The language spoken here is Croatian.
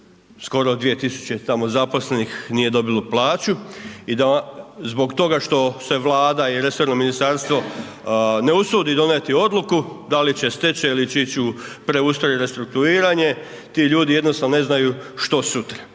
skoro 2000 tamo zaposlenih nije dobilo plaću i da zbog toga što se Vlada i resorno ministarstvo ne usudi donijeti odluku da li će stečaj ili će ići u preustroj ili restrukturiranje. Ti ljudi jednostavno ne znaju, što sutra.